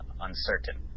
uncertain